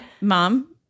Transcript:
mom